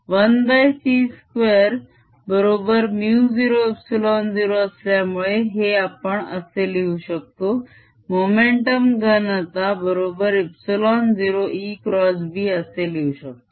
1c2 बरोबर μ0ε0 असल्यामुळे हे आपण असे लिहू शकतो मोमेंटम घनता बरोबर ε0ExB असे लिहू शकतो